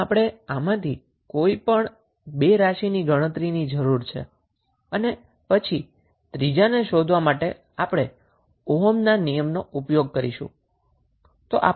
આમ આપણે આમાંથી કોઈ પણ બે કોન્ટીટી ની ગણતરીની જરૂરી છે અને પછી ત્રીજાને શોધવા માટે આપણે ઓહ્મના નિયમનો ઉપયોગ કરીશું